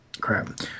crap